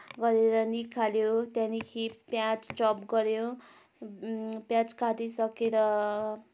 गरेर निकाल्यो त्यहाँदेखि पियाज चप गर्यो पियाज काटिसकेर